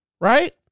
Right